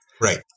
right